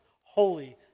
holy